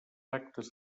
actes